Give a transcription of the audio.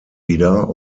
wieder